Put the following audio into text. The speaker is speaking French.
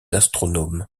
astronomes